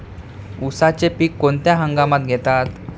उसाचे पीक कोणत्या हंगामात घेतात?